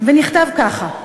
ונכתב ככה: